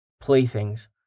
playthings